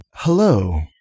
Hello